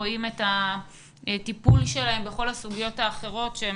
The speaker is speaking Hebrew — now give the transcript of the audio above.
רואים את הטיפול שלהם בכל הסוגיות האחרות אתן